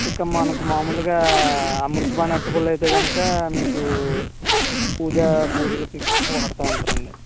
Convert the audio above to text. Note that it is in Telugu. ఇక మనకి మామూలుగా అమృతపాణి అరటిపళ్ళు అయితే కనుక మీకు పూజా పూజలకి ఎక్కువగా వాడుతూ ఉంటారండి